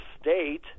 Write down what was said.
state